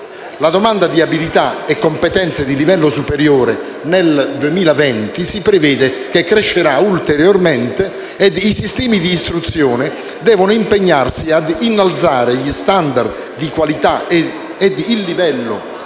La domanda di abilità e competenze di livello superiore si prevede che crescerà ulteriormente nel 2020. I sistemi di istruzione devono pertanto impegnarsi a innalzare gli standard di qualità e il livello